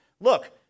look